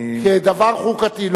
אני, כדבר חוקתי.